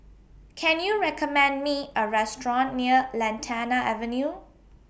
Can YOU recommend Me A Restaurant near Lantana Avenue